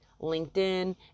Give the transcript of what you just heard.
LinkedIn